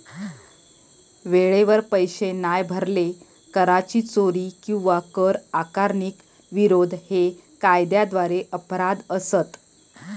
वेळेवर पैशे नाय भरले, कराची चोरी किंवा कर आकारणीक विरोध हे कायद्याद्वारे अपराध असत